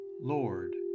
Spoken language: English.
Lord